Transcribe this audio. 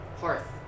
Hearth